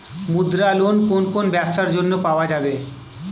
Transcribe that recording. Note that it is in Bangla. মুদ্রা লোন কোন কোন ব্যবসার জন্য পাওয়া যাবে?